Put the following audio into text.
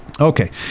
Okay